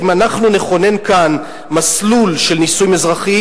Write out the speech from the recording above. אם אנחנו נכונן כאן מסלול של נישואים אזרחיים,